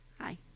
hi